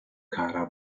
kara